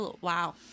Wow